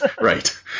Right